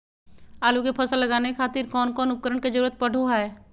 आलू के फसल लगावे खातिर कौन कौन उपकरण के जरूरत पढ़ो हाय?